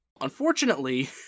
Unfortunately